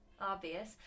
obvious